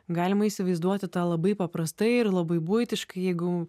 galima įsivaizduoti tą labai paprastai ir labai buitiškai jeigu